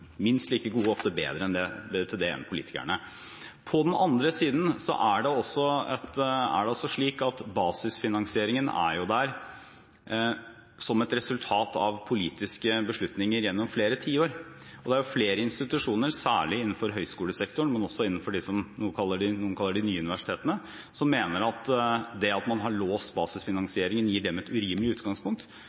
minst like gode, ofte bedre, til det enn politikerne. På den andre siden er det også slik at basisfinansieringen er der som et resultat av politiske beslutninger gjennom flere tiår. Og det er flere institusjoner, særlig innenfor høyskolesektoren, men også innenfor det som noen kaller de nye universitetene, som mener at det at man har låst basisfinansieringen, gir dem et urimelig utgangspunkt.